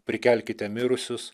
prikelkite mirusius